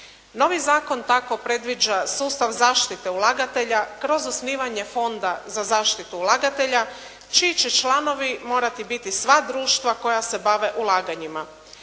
Novi zakon tako predviđa sustav zaštite ulagatelja kroz osnivanje fonda za zaštitu ulagatelja čiji će članovi morati biti sva društva koja se bave ulaganjima.